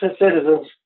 citizens